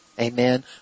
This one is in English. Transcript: Amen